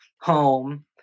home